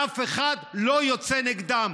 ואף אחד לא יוצא נגדם.